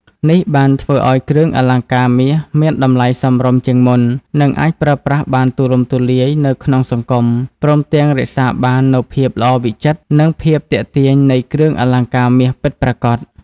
នេះបានធ្វើឱ្យគ្រឿងអលង្ការមាសមានតម្លៃសមរម្យជាងមុន និងអាចប្រើប្រាស់បានទូលំទូលាយនៅក្នុងសង្គម ព្រមទាំងរក្សាបាននូវភាពល្អវិចិត្រ និងភាពទាក់ទាញនៃគ្រឿងអលង្ការមាសពិតប្រាកដ។